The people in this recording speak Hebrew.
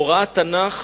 הוראת התנ"ך